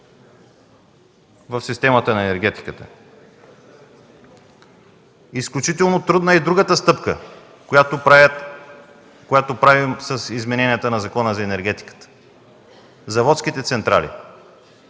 в системата на енергетиката. Изключително трудна е и другата стъпка, която правим с изменението на Закона за енергетиката – заводските централи.